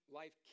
life